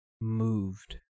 moved